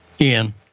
Ian